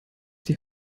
die